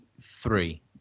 three